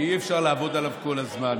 ואי-אפשר לעבוד עליו כל הזמן,